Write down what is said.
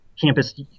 campus